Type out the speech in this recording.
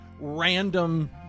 random